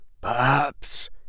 perhaps